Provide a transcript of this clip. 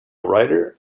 writer